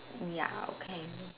ya okay